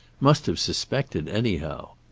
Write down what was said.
must have suspected anyhow.